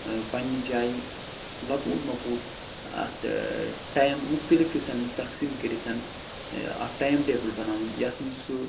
پَنٛنہِ جایہِ لَکوٗٹ مَکوٗٹ اَتھ ٹایِم مختلف حِصَن منٛز تقسیٖم کٔرِتھ اَکھ ٹایَم ٹیبُل بناوُن یَتھ منٛز سُہ